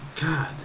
God